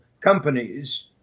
companies